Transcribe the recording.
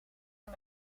een